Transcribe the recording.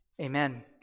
Amen